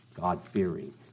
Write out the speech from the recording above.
God-fearing